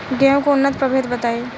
गेंहू के उन्नत प्रभेद बताई?